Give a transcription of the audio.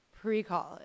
pre-college